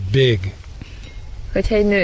big